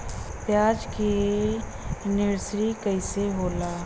प्याज के नर्सरी कइसे होला?